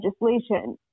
legislation